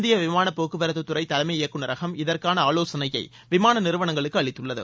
இந்திய விமான போக்குவரத்து துறை தலைமை இயக்குநரகம் இதற்கான ஆலோசனையை விமான நிறுவனங்களுக்கு அளித்துள்ளது